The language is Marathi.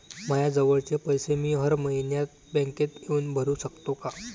मायाजवळचे पैसे मी हर मइन्यात बँकेत येऊन भरू सकतो का?